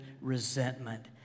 resentment